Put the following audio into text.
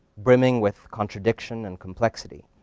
brimming with contradiction and complexity.